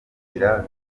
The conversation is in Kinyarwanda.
nzira